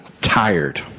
tired